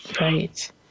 Right